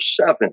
seven